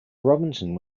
robinson